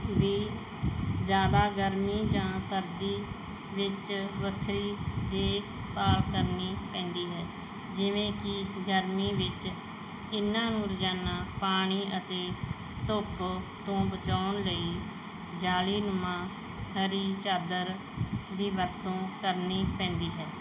ਦੀ ਜ਼ਿਆਦਾ ਗਰਮੀ ਜਾਂ ਸਰਦੀ ਵਿੱਚ ਵੱਖਰੀ ਦੇਖਭਾਲ ਕਰਨੀ ਪੈਂਦੀ ਹੈ ਜਿਵੇਂ ਕਿ ਗਰਮੀ ਵਿੱਚ ਇਹਨਾਂ ਨੂੰ ਰੋਜ਼ਾਨਾ ਪਾਣੀ ਅਤੇ ਧੁੱਪ ਤੋਂ ਬਚਾਉਣ ਲਈ ਜਾਲੀਨੁਮਾ ਹਰੀ ਚਾਦਰ ਦੀ ਵਰਤੋਂ ਕਰਨੀ ਪੈਂਦੀ ਹੈ